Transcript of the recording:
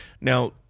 now –